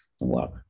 work